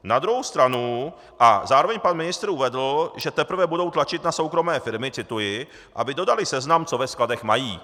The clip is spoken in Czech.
Na druhou stranu a zároveň pan ministr uvedl, že teprve budou tlačit na soukromé firmy cituji: aby dodaly seznam, co ve skladech mají.